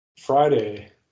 Friday